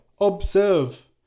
observe